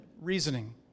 reasoning